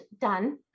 done